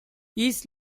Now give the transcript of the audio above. east